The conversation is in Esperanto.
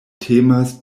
temas